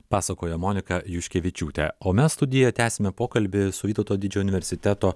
pasakojo monika juškevičiūtė o mes studijoj tęsiame pokalbį su vytauto didžiojo universiteto